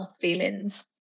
feelings